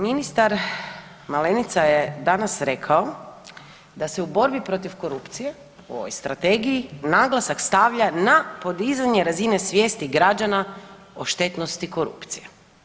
Ministar Malenica je danas rekao da se u borbi protiv korupcije u ovoj strategiji naglasak stavlja na podizanje razine svijesti građana o štetnosti korupcije.